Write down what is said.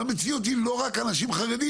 המציאות היא לא רק אנשים חרדים,